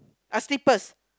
uh slippers